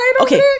okay